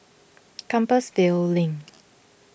Compassvale Link